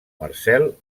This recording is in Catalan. marcel